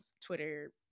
Twitter